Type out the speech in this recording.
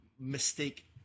mistake